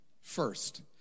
first